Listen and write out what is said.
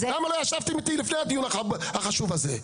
למה לא ישבתם איתי לפני הדיון החשוב הזה?